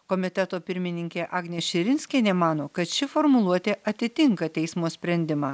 komiteto pirmininkė agnė širinskienė mano kad ši formuluotė atitinka teismo sprendimą